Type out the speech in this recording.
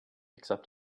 except